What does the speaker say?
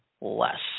less